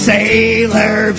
Sailor